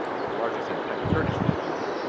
to a large extent, by the kurdish government,